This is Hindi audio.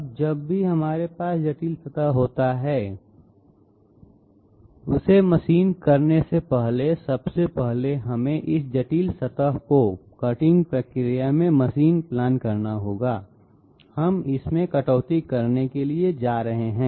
अब जब भी हमारे पास जटिल सतह होता है इसे मशीन शुरू करने से पहले सबसे पहले हमें इस जटिल सतह को कटिंग प्रक्रिया में मशीन प्लान करना होगा हम इसमें कटौती करने के लिए कैसे जा रहे हैं